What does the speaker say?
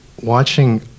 watching